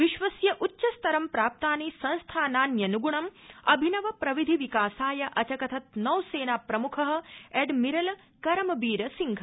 विश्वस्य उच्चस्तरं प्राप्तानि संस्थानान्यनगणम अभिनव प्रविधि विकासाय अचकथत् नौसेनाप्रमुख एडमिरल करमबीरसिंह